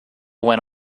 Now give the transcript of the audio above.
went